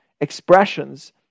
expressions